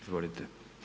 Izvolite.